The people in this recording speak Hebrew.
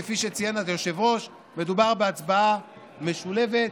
כפי שציין היושב-ראש, מדובר בדיון משולב,